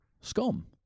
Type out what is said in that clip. scum